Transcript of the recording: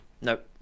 Nope